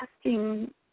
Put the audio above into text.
asking